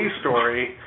story